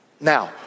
Now